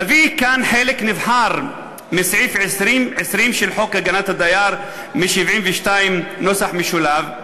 נביא כאן חלק נבחר מסעיף 20 של חוק הגנת הדייר מ-1972 : "(א)